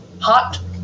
Hot